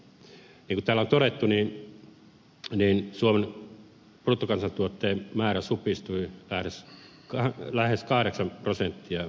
niin kuin täällä on todettu niin suomen bruttokansantuotteen määrä supistui lähes kahdeksan prosenttia viime vuonna